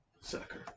Sucker